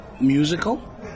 musical